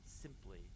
simply